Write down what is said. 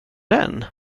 den